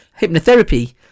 hypnotherapy